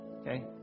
Okay